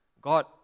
God